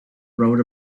road